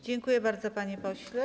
Dziękuję bardzo, panie pośle.